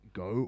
go